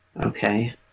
Okay